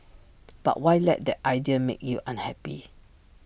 but why let that idea make you unhappy